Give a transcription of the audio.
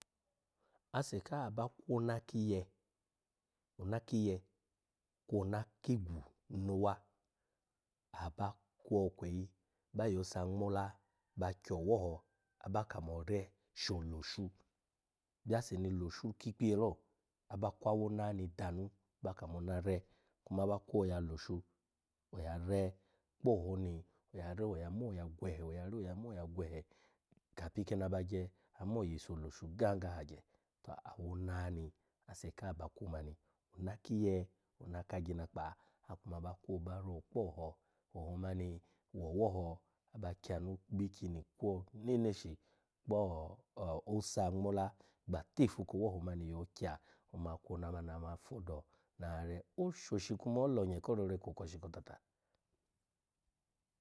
Ase ka ba kwona kiye, ona kiye kwo ona kigwu nowa, aba kwo kweyi ba yo oso ngmola ba kyo owoho aba kamo re sho loshu, bya ase ni loshu ki ikpiye lo, aba kwa awona ni danu ba kamo ona re, kuma aba kwo ya loshu oya re kpo oho ni, oya re oya mo ya gwehe, oya re, oya mo ya gwehe, kapi kene aba gye amo yiso loshin gaga hagye, ta awona ni ase ka ba kwu mani. Ona kiye, ona ka agyinakpa akuma ba kwu ba ro kpo oho, oho mani wo owoho aba kyanu kpo ikyini kwo neneshi kpoosa ngmola ba tifu ko owoho mani yo kya oma akwona mani ome afo do na-oshoshi kuma olonye ko rore-kotata.